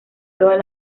todas